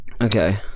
Okay